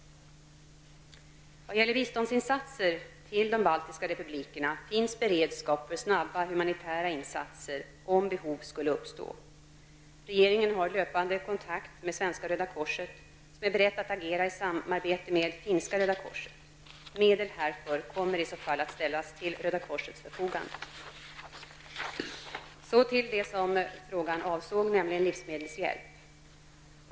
Vad gäller biståndsinsatser till de baltiska republikerna finns beredskap för snabba, humanitära insatser om behov skulle uppstå. Regeringen har löpande kontakt med Svenska röda korset, som är berett att agera i samarbete med Finska röda korset. Medel härför kommer i så fall att ställas till Röda korsets förfogande. Så till det som frågan avsåg, nämligen livsmedelshjälp.